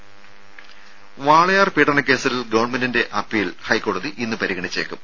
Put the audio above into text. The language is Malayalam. രും വാളയാർ പീഡനകേസിൽ ഗവൺമെന്റിന്റെ അപ്പീൽ ഹൈക്കോടതി ഇന്ന് പരിഗണിച്ചേക്കും